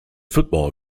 football